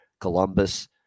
Columbus